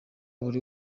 buri